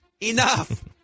Enough